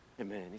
Amen